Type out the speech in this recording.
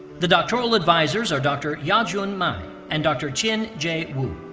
the doctoral advisors are dr. yajun mei and dr. chien j. wu.